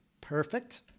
perfect